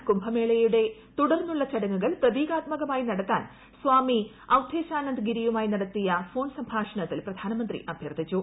രണ്ട് കുംഭമേളയുടെ തുടർന്നുള്ള ചടങ്ങുകൾ പ്രതീകാത്മകമായി നടത്താൻ സ്വാമി അവ്ധേശാനന്ദ് ഗിരിയുമായി നടത്തിയ ഫോൺ സംഭാഷണത്തിൽ പ്രധാനമന്ത്രി അഭ്യർത്ഥിച്ചു